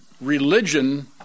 religion